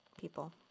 people